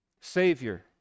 Savior